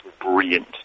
brilliant